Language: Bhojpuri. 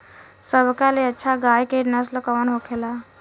सबका ले अच्छा गाय के नस्ल कवन होखेला?